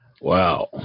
Wow